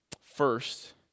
First